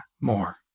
more